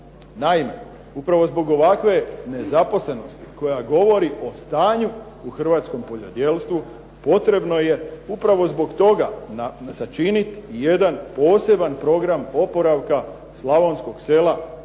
Naime, upravo zbog ovakve nezaposlenosti koja govori o stanju u hrvatskom poljodjelstvu potrebno je upravo zbog toga sačiniti jedan poseban program oporavka slavonskog sela,